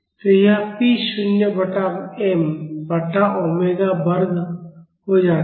तो यह p शून्य बटा m बटा ओमेगा वर्ग हो जाता है